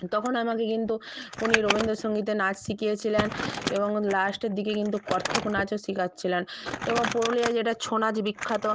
তখন আমাকে কিন্তু উনি রবীন্দ্রসঙ্গীতের নাচ শিখিয়েছিলেন এবং লাস্টের দিকে কিন্তু কত্থক নাচও শিখাচ্ছিলেন এবং পুরুলিয়ায় যেটা ছৌ নাচ বিখ্যাত